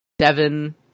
seven